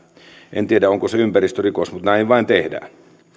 en tiedä onko se ympäristörikos mutta näin vain tehdään